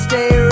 Stay